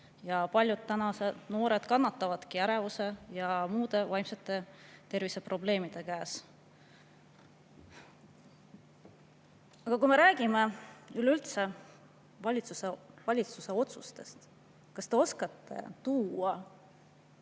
Paljud tänased noored kannatavadki ärevuse ja muude vaimse tervise probleemide käes. Kui me räägime üleüldse valitsuse otsustest, kas te oskate välja